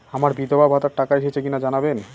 আমার বিধবাভাতার টাকা এসেছে কিনা জানাবেন?